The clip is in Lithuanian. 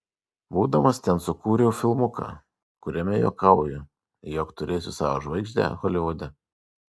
būdamas ten sukūriau filmuką kuriame juokauju jog turėsiu savo žvaigždę holivude